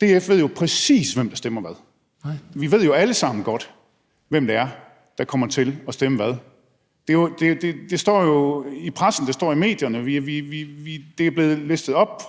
DF ved jo præcis, hvem der stemmer hvad. Vi ved jo alle sammen godt, hvem det er, der kommer til at stemme hvad. Det står i pressen, det står i medierne, det er blevet listet op